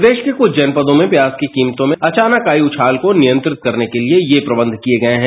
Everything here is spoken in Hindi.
प्रदेश के कुछ जनपदों में प्याज प्याज की कीमतों में अचानक आई उछात को नियंत्रित करने के लिए ये प्रबंध किए गए हैं